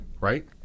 right